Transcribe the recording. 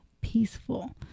peaceful